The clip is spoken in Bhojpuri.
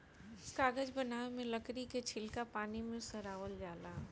कागज बनावे मे लकड़ी के छीलका पानी मे सड़ावल जाला